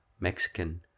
Mexican